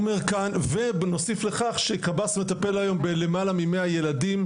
ונוסיף לכך שקב"ס מטפל היום בלמעלה ממאה ילדים,